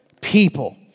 people